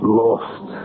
lost